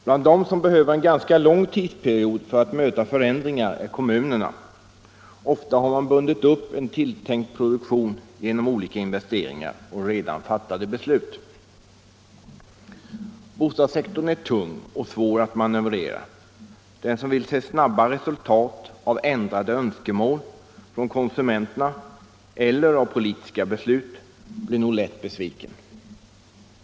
Bland dem som behöver en ganska lång tidsperiod för att möta förändringar är kommunerna. Ofta har man bundit upp en tilltänkt produktion genom olika investeringar och redan fattade beslut. Bostadssektorn är tung och svår att manövrera. Den som vill se snabba resultat av ändrade önskemål från konsumenterna eller av politiska beslut blir nog lätt besviken.